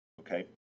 okay